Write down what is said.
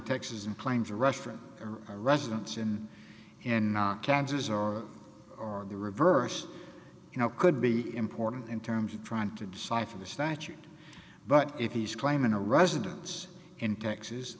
texas and claims a restaurant or residence and in kansas or the reverse you know could be important in terms of trying to decipher the statute but if he's claiming a residence in texas